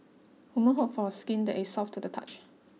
women hope for skin that is soft to the touch